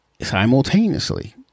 simultaneously